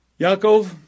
Yaakov